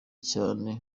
cane